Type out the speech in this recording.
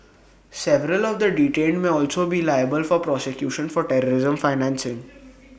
several of the detained may also be liable for prosecution for terrorism financing